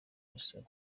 misoro